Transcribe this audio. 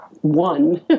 one